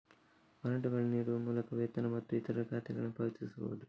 ವಾರಂಟುಗಳನ್ನು ನೀಡುವ ಮೂಲಕ ವೇತನ ಮತ್ತು ಇತರ ಖಾತೆಗಳನ್ನು ಪಾವತಿಸಬಹುದು